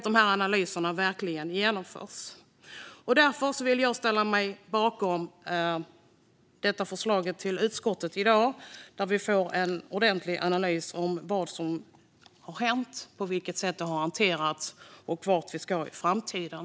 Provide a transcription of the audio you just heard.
Dessa analyser måste verkligen genomföras. Jag vill därför yrka bifall till utskottets förslag, där vi får en ordentlig analys av vad som har hänt, på vilket sätt det har hanterats och vart vi ska i framtiden.